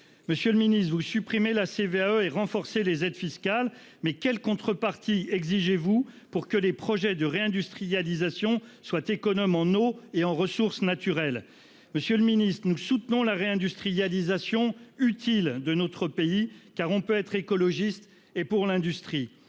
Monsieur le Ministre, vous supprimez la CVAE et renforcer les aides fiscales mais quelle contrepartie exigées vous pour que les projets de réindustrialisation soient économes en eau et en ressources naturelles. Monsieur le Ministre, nous soutenons la réindustrialisation utile de notre pays car on peut être écologiste et pour l'industrie.